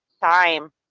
time